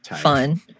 Fun